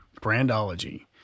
Brandology